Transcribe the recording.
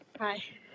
Hi